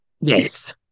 Yes